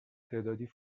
تعدادی